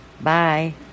Bye